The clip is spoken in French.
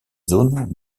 zones